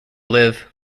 live